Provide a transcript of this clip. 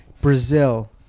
Brazil